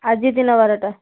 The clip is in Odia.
ଆଜି ଦିନ ବାରଟା